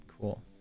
cool